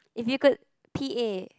if you could P_A